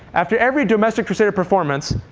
after every domestic crusader performance,